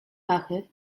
pachy